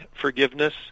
forgiveness